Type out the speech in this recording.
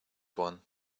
one